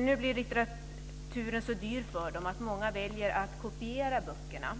Nu blir litteraturen så dyr för dem att många väljer att kopiera böckerna.